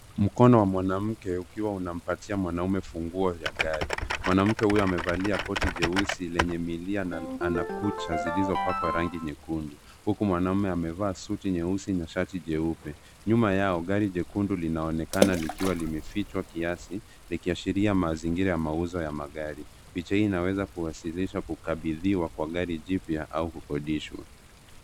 Mkono wa mwanamke ukiwa unampatia mwanaume funguo za gari. Mwanamke huyo amevalia koti jeusi lenye milia na ana kucha zilizopakwa rangi nyekundu huku mwanaume amevaa suti jeusi na shati jeupe. Nyuma yao linaonekana gari jekundu lililokuwa limefichwa kiasi likiashilia mazingira ya mauzo ya magari. Inaonyesha kukabidhiwa kwa gari jipya au kukodishwa.